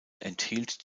enthielt